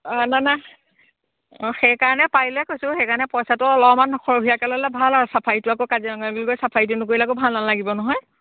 অঁ নাই নাই অঁ সেইকাৰণে পাৰিলে কৈছোঁ সেইকাৰণে পইচাটো অলপমান সৰহীয়াকৈ ল'লে ভাল আৰু চাফাৰীটো আকৌ কাজিৰঙা বুলি ক'লে চাফাৰীটো নকৰিলে আকৌ ভাল নালাগিব নহয়